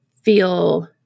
feel